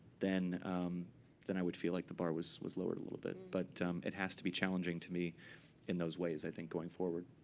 then then i would feel like the bar was was lowered a little bit. but it has to be challenging to me in those ways, i think, going forward.